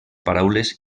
paraules